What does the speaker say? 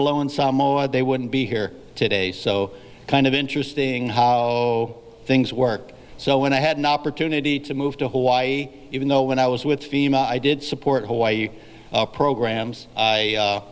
blow in samoa they wouldn't be here today so kind of interesting how things work so when i had an opportunity to move to hawaii even though when i was with fema i did support hawaii programs i